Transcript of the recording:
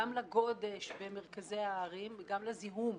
גם לגודש במרכזי הערים וגם לזיהום.